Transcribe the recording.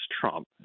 Trump